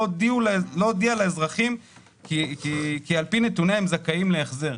הודיעה לאזרחים כי על פי נתוניה הם זכאים להחזר.